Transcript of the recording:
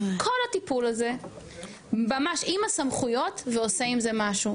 כל הטיפול הזה ממש עם הסמכויות ועושה עם זה משהו.